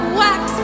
wax